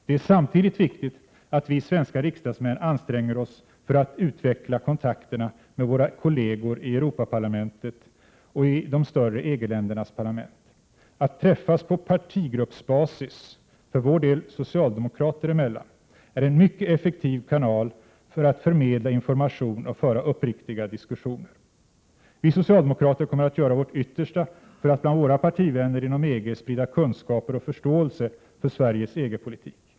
Det är samtidigt viktigt att vi svenska riksdagsmän anstränger oss för att utveckla kontakterna med våra kolleger i Europaparlamentet och i de större EG-ländernas parlament. Att träffas på partigruppsbasis — för vår del socialdemokrater emellan — är en mycket effektiv kanal för att förmedla information och föra uppriktiga diskussioner. Vi socialdemokrater kommer att göra vårt yttersta för att bland våra partivänner inom EG sprida kunskaper och förståelse för Sveriges EG politik.